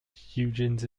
huygens